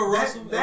Russell